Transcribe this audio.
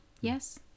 yes